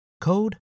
code